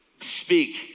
speak